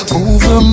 over